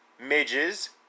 midges